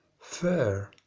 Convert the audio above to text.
Fair